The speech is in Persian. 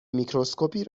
میکروسکوپی